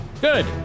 good